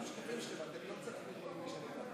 החוק הזה בא לתת רשת ביטחון כלכלית לכל מי שזקוק לה בעידן הקורונה,